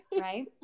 right